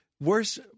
Worse